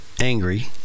angry